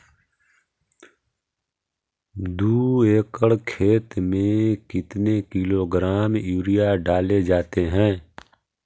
दू एकड़ खेत में कितने किलोग्राम यूरिया डाले जाते हैं?